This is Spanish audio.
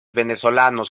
venezolanos